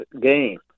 game